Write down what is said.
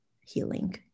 healing